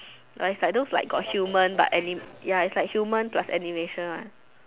like is those like got human but aniya is like human plus animation one